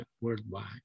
worldwide